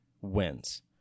wins